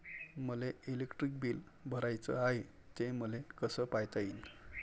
मले electric bill भराचं हाय, ते मले कस पायता येईन?